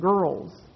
girls